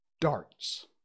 darts